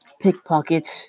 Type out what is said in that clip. Pickpockets